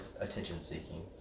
attention-seeking